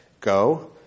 Go